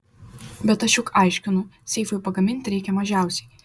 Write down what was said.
bet aš juk aiškinu seifui pagaminti reikia mažiausiai